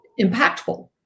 impactful